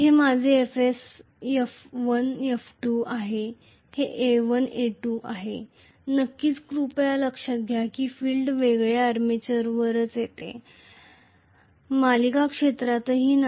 हे माझे F1 F2 आहे हे A1 A2 आहे नक्कीच कृपया लक्षात घ्या की फील्ड केवळ आर्मेचरवरच येत आहे सिरीजक्षेत्रातही नाही